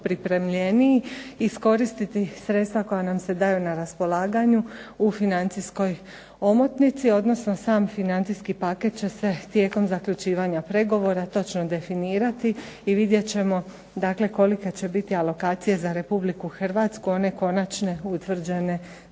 pripremljeniji iskoristiti sredstva koja nam se daju na raspolaganju u financijskoj omotnici, odnosno sam financijski paket će se tijekom zaključivanja pregovora točno definirati i vidjet ćemo dakle kolike će biti alokacije za Republiku Hrvatsku one konačne utvrđene po